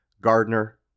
gardner